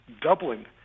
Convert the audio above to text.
doubling